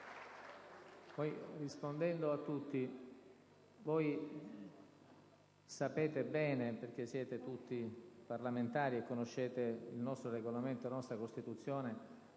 Rispondendo a tutti, sapete bene, perché siete tutti parlamentari e conoscete il nostro Regolamento e la nostra Costituzione,